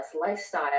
lifestyle